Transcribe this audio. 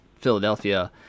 Philadelphia